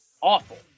awful